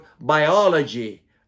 biology